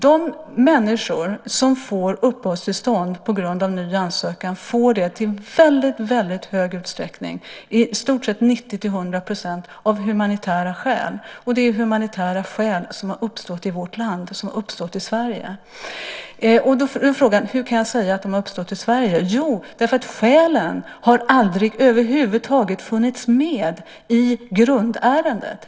De människor som får uppehållstillstånd på grund av ny ansökan får det i väldigt hög utsträckning, i stort sett 90-100 %, av humanitära skäl. Och det är humanitära skäl som har uppstått i vårt land. Då är frågan hur jag kan säga att de har uppstått i Sverige. Jo, därför att skälen över huvud taget aldrig har funnits med i grundärendet.